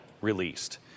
released